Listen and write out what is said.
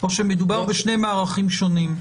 או שמדובר בשני מערכים שונים?